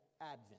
advent